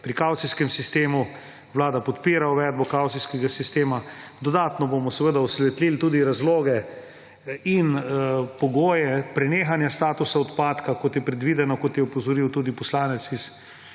pri kavcijskem sistemu. Vlada podpira uvedbo kavcijskega sistema. Dodatno bomo seveda osvetlili tudi razloge in pogoje prenehanja statusa odpadka, kot je predvideno, kot je opozoril tudi poslanec iz